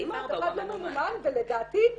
ולדעתי,